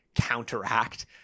counteract